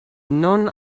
non